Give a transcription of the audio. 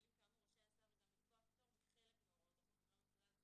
בכללים כאמור רשאי השר גם לקבוע פטור מחלק מהוראות החוק ולא מכולן,